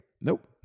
Nope